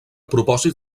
propòsit